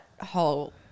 whole